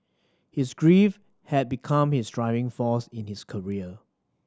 his grief had become his driving force in his career